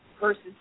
versus